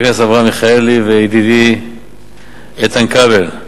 חבר הכנסת אברהם מיכאלי וידידי איתן כבל,